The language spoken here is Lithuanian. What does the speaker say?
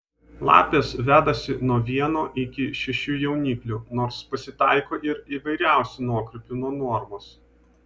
lapės vedasi nuo vieno iki šešių jauniklių nors pasitaiko ir įvairiausių nuokrypių nuo normos